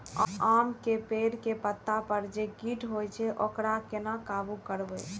आम के पेड़ के पत्ता पर जे कीट होय छे वकरा केना काबू करबे?